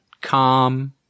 calm